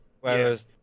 whereas